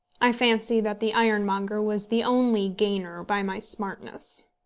i fancy that the ironmonger was the only gainer by my smartness.